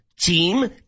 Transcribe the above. team